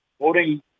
voting